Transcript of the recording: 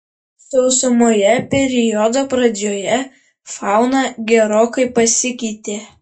sausumoje periodo pradžioje fauna gerokai pasikeitė